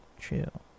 Chill